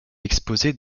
exposé